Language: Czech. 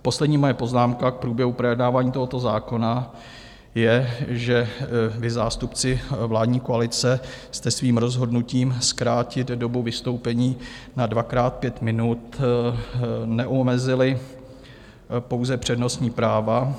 Poslední moje poznámka k průběhu projednávání tohoto zákona je, že vy, zástupci vládní koalice, jste svým rozhodnutím zkrátit dobu vystoupení na dvakrát pět minut neomezili pouze přednostní práva.